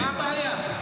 מה הבעיה?